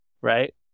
right